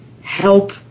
help